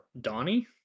Donnie